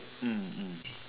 mm mm